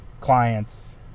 clients